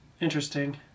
Interesting